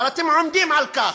אבל אתם עומדים על כך.